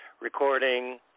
recording